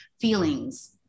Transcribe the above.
feelings